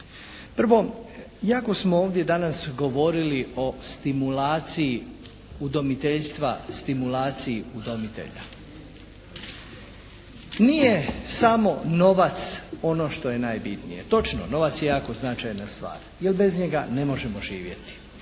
Prvo, jako smo ovdje danas govorili o stimulaciji udomiteljstva, stimulaciji udomitelja. Nije samo novac ono što je najbitnije. Točno, novac je jako značajna stvar jer bez njega ne možemo živjeti.